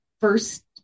first